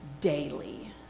daily